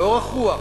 באורח רוח,